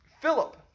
Philip